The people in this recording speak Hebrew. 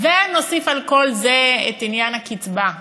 ונוסיף על כל זה את עניין הקצבה.